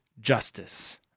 justice